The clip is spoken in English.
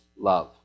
love